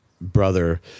brother